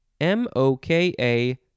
M-O-K-A